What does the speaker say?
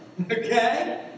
Okay